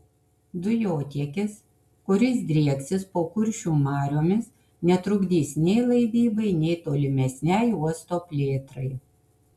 dujotiekis kuris drieksis po kuršių mariomis netrukdys nei laivybai nei tolimesnei uosto plėtrai